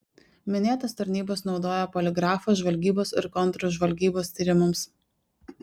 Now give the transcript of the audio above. minėtos tarnybos naudoja poligrafą žvalgybos ir kontržvalgybos tyrimams